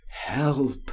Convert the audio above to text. help